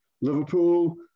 Liverpool